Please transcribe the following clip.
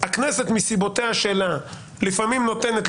הכנסת מסיבותיה שלה לפעמים נותנת,